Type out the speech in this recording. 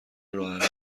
راهحلهای